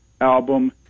album